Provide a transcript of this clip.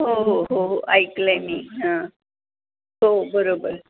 हो हो हो हो ऐकलं आहे मी हां हो बरोबर